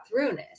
throughness